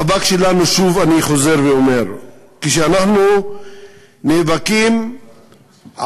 שוב, אני חוזר ואומר, המאבק שלנו, אנחנו נאבקים על